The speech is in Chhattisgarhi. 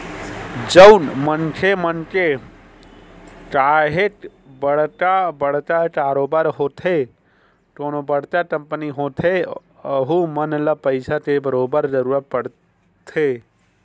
जउन मनखे मन के काहेक बड़का बड़का कारोबार होथे कोनो बड़का कंपनी होथे वहूँ मन ल पइसा के बरोबर जरूरत परथे